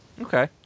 okay